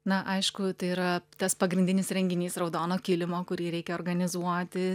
na aišku tai yra tas pagrindinis renginys raudono kilimo kurį reikia organizuoti